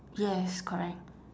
yes correct